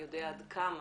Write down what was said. יודע עד כמה